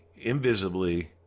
invisibly